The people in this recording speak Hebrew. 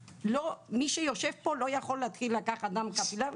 מי שיושב פה לא יכול להתחיל לקחת דם קפילרי.